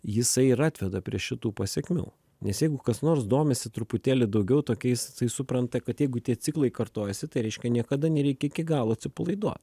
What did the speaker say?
jisai ir atveda prie šitų pasekmių nes jeigu kas nors domisi truputėlį daugiau tokiais jisai supranta kad jeigu tie ciklai kartojasi tai reiškia niekada nereikia iki galo atsipalaiduot